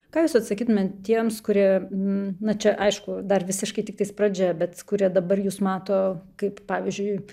ką jūs atsakytumėt tiems kurie na čia aišku dar visiškai tiktais pradžia bet kurie dabar jus mato kaip pavyzdžiui